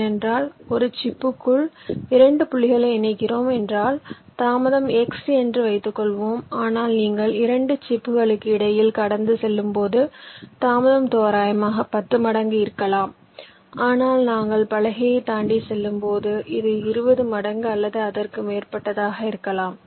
ஏனென்றால் ஒரு சிப்புக்குள் 2 புள்ளிகளை இணைக்கிறோம் என்றால் தாமதம் X என்று வைத்துக்கொள்வோம் ஆனால் நீங்கள் 2 சிப்புகளுக்கு இடையில் கடந்து செல்லும்போது தாமதம் தோராயமாக 10 மடங்கு இருக்கலாம் ஆனால் நாங்கள் பலகைகளைத் தாண்டிச் செல்லும்போது இது 20 மடங்கு அல்லது அதற்கு மேற்பட்டதாக இருக்கலாம்